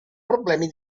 problemi